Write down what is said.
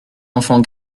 enfant